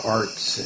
arts